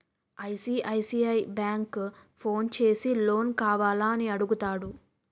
ICICI bank phone చేసి loan కావాల అని అడుగుతాడు